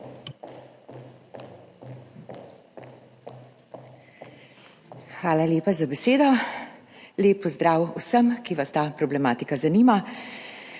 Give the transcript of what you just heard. Hvala lepa za besedo. Lep pozdrav vsem, ki vas ta problematika zanima.